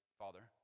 father